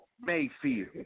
Mayfield